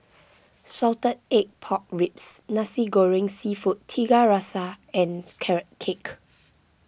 Salted Egg Pork Ribs Nasi Goreng Seafood Tiga Rasa and Carrot Cake